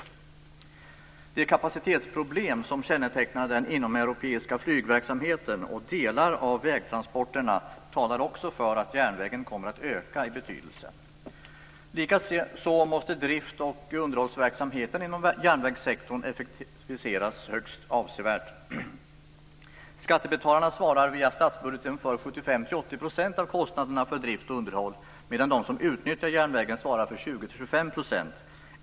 Också de kapacitetsproblem som kännetecknar den inomeuropeiska flygverksamheten och delar av vägtransporterna talar för att järnvägen kommer att öka i betydelse. Likaså måste drifts och underhållsverksamheten inom järnvägssektorn effektiviseras högst avsevärt. Skattebetalarna svarar via statsbudgeten för 75-80 % av kostnaderna för drift och underhåll medan de som utnyttjar järnvägen svarar för 20-25 %.